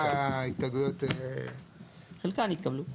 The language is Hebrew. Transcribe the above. כל ההסתייגויות --- חלקן התקבלו.